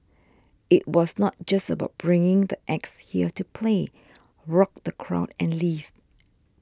it was not just about bringing the acts here to play rock the crowd and leave